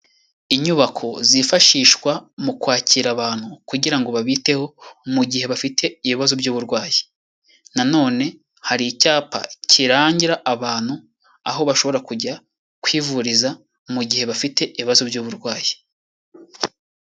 Inyubako zifashishwa mu kwakira abantu kugira ngo babiteho mu gihe bafite ibibazo by'uburwayi, nanone hari icyapa kirangira abantu aho bashobora kujya kwivuriza mu gihe bafite ibibazo by'uburwayi.